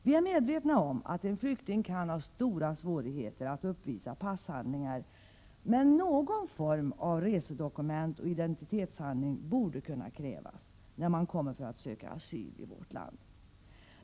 Vi är medvetna om att en flykting kan ha stora svårigheter att uppvisa passhandlingar, men någon form av resedokument och identitetshandling borde kunna krävas, när man kommer för att söka asyl i vårt land.